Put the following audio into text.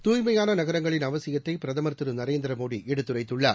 தூய்மையான நகரங்களின் அவசியத்தை பிரதமர் நரேந்திர மோடி எடுத்துரைத்துள்ளார்